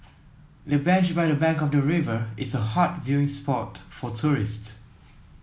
the bench by the bank of the river is a hot viewing spot for tourists